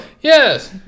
Yes